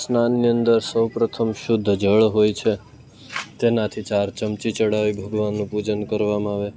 સ્નાનની અંદર સૌપ્રથમ શુદ્ધ જળ હોય છે તેનાથી ચાર ચમચી ચડાવી ભગવાનનું પૂજન કરવામાં આવે